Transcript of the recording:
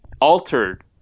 altered